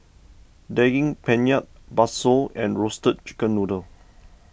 Daging Penyet Bakso and Roasted Chicken Noodle